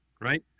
right